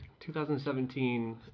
2017